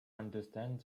understand